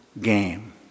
game